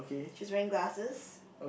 she's wearing glasses